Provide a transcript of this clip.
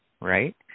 right